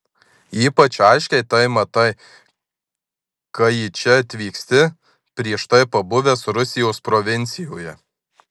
ypač aiškiai tai matai kai į čia atvyksti prieš tai pabuvęs rusijos provincijoje